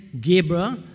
Gabriel